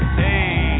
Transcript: hey